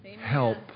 help